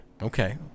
Okay